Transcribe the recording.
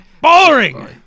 Boring